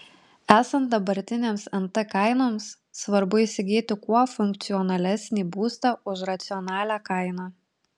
esant dabartinėms nt kainoms svarbu įsigyti kuo funkcionalesnį būstą už racionalią kainą